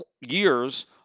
years